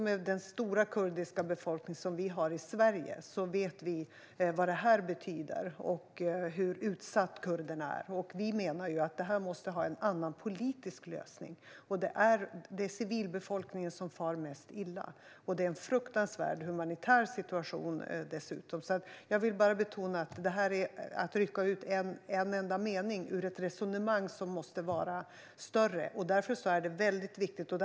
Med den stora kurdiska befolkning som vi har i Sverige vet vi vad det här betyder och hur utsatta kurderna är. Vi menar att detta måste få en annan politisk lösning. Det är civilbefolkningen som far mest illa. Det är dessutom en fruktansvärd humanitär situation. Jag vill betona att det är fråga om att rycka ut en enda mening ur ett resonemang som måste vara större. Detta är väldigt viktigt.